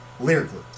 Lyrically